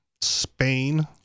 Spain